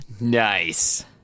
Nice